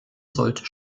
sollte